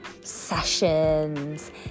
sessions